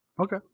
okay